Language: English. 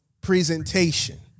presentation